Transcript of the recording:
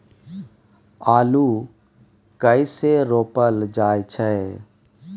आलू कइसे रोपल जाय छै?